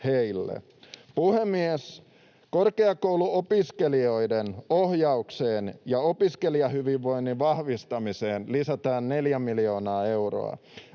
heille. Puhemies! Korkeakouluopiskelijoiden ohjaukseen ja opiskelijahyvinvoinnin vahvistamiseen lisätään 4 miljoonaa euroa.